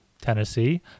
Tennessee